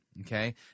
Okay